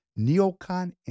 neocon